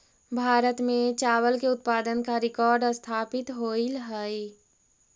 भारत में चावल के उत्पादन का रिकॉर्ड स्थापित होइल हई